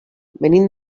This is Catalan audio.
venim